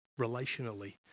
relationally